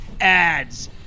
ads